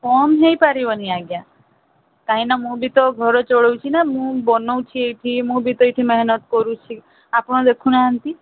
କମ୍ ହେଇପାରିବନି ଆଜ୍ଞା କାହିଁକିନା ମୁଁ ବି ତ ଘର ଚଳଉଛି ନା ମୁଁ ବନଉଛି ଏଇଠି ମୁଁ ବି ତ ଏଇଠି ମେହେନତ କରୁଛି ଆପଣ ଦେଖୁନାହାନ୍ତି